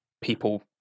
people